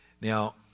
Now